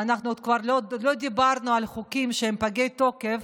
ואנחנו עוד לא דיברנו על חוקים שהם פגי תוקף,